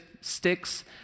sticks